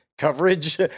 coverage